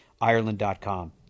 Ireland.com